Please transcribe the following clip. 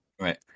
Right